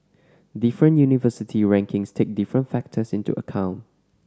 different university rankings take different factors into account